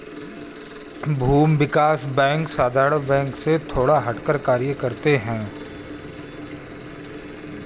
भूमि विकास बैंक साधारण बैंक से थोड़ा हटकर कार्य करते है